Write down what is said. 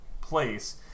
place